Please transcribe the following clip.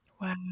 Wow